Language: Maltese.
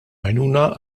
għajnuna